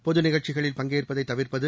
பொது நிகழ்ச்சிகளில் பங்கேற்பதை தவிா்ப்பது